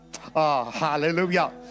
Hallelujah